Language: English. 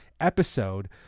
Episode